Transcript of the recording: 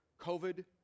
COVID